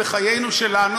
בחיינו שלנו,